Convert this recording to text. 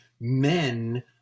men